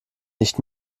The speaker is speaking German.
nicht